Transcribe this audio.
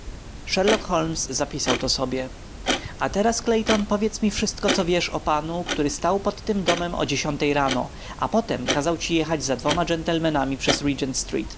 sherlock holmes zapisał to sobie a teraz clayton powiedz mi wszystko co wiesz o panu który stał pod tym domem o dziesiątej rano a potem kazał ci jechać za dwoma gentlemanami przez